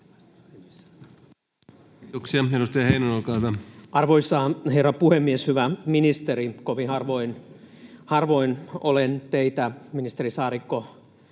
Arvoisa herra puhemies! Hyvä ministeri! Kovin harvoin olen teitä, ministeri Saarikko,